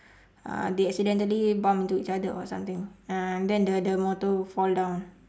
uh they accidentally bumped into each other or something uh then the the motor fall down